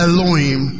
Elohim